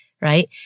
right